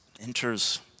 enters